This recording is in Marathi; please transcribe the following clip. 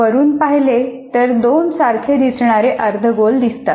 वरून पाहिले तर दोन सारखे दिसणारे अर्धगोल दिसतात